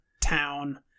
town